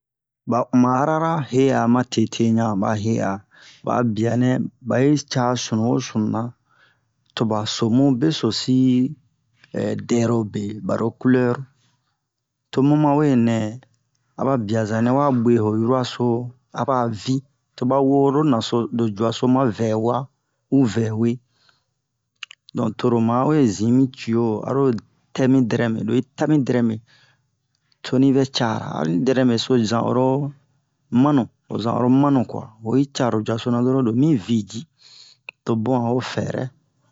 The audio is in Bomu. ba uma'ara ra he'a ma tete ɲa ba he'a ba'a bianɛ ba yi ca sunu wo sununa to ba so mu besosi dɛrobe baro culɛr tomu ma we nɛ a ba biazanɛ wa bwe ho huraso aba vi to ba woro naso lo juaso ma vɛwa u vɛwe don toro ma we zin mi cio aro tɛ mi dɛrɛme lo yi ta mi dɛrɛme to ni vɛ cara ani dɛrɛme so zan oro manu ho zan oro kwa oyi ca lo juaso na doron lo mi vi ji tobun a ho fɛrɛ